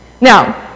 Now